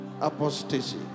Apostasy